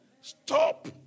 stop